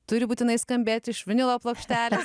turi būtinai skambėti iš vinilo plokštelės